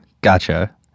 Gotcha